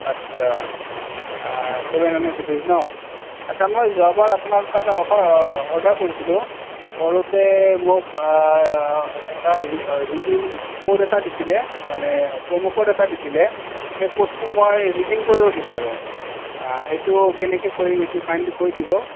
আচ্ছা seven hundred rupees ন আচ্ছা মই যোৱাবাৰ আপোনাৰ পৰা অফাৰ অৰ্ডাৰ কৰিছিলোঁ কৰোঁতে মোক এটা ৰিডিং ক'ড এটা দিছিলে মানে প্ৰমোক'ড এটা দিছিলে সেই ক'ডটো মই ৰিডিং কৰিব বিচাৰোঁ সেইটো কেনেকৈ কৰিম সেইটো কাইণ্ডলি কৈ দিব